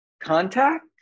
contact